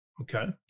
Okay